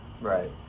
Right